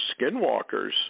skinwalkers